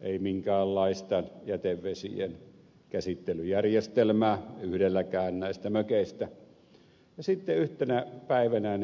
ei minkäänlaista jätevesien käsittelyjärjestelmää yhdelläkään näistä mökeistä ja sitten yhtenä päivänä